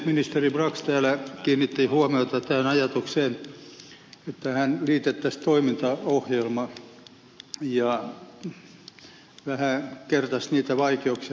ministeri brax kiinnitti huomiota tähän ajatukseen että tähän selontekoon liitettäisiin toimintaohjelma ja vähän kertasi niitä vaikeuksia joita siihen liittyy